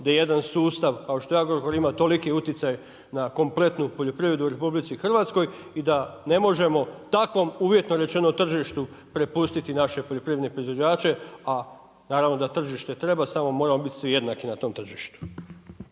da jedan sustav, kao što je Agrokor ima toliki utjecaj na kompletnu poljoprivredu u RH i da ne možemo takvom, uvjetno rečeno tržištu prepustiti naše poljoprivredne proizvođače, a naravno da tržište treba samo moramo biti svi jednaki na tom tržištu.